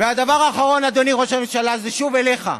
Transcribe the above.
והדבר האחרון, אדוני ראש הממשלה, זה שוב אליך.